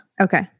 Okay